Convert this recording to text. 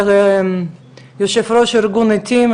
זה יושב ראש ארגון עתים,